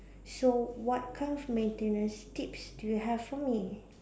so what kind of maintenance tips do you have for me